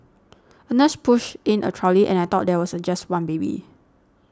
a nurse pushed in a trolley and I thought there was a just one baby